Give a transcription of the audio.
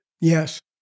Yes